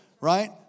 right